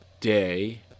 day